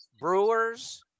Brewers